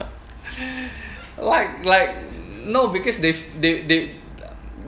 like like no because they they they